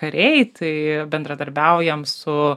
kariai tai bendradarbiaujam su